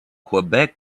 quebec